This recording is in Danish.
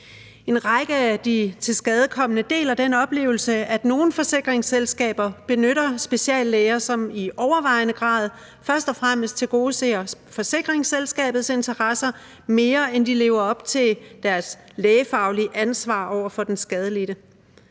En række af de tilskadekomne deler den oplevelse, at nogle forsikringsselskaber benytter speciallæger, som i overvejende grad først og fremmest tilgodeser forsikringsselskabets interesser, mere end de lever op til deres lægefaglige ansvar over for den skadelidte.